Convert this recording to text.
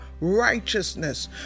righteousness